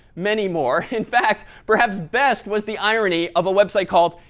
many more. in fact, perhaps best was the irony of a website called,